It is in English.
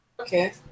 Okay